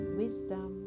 wisdom